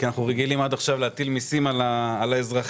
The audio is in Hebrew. כי אנחנו רגילים להטיל מיסים על האזרחים.